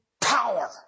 power